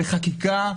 בחקיקה,